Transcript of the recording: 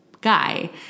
guy